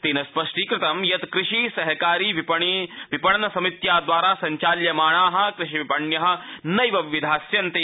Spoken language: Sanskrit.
तेन स्पष्टीकत यत् कृषि सहकारी विपणन समित्या द्वारा संचाल्यमाणाः कृषि विपण्यः नैव पिधास्यन्ते